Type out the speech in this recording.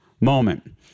moment